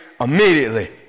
immediately